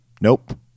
Nope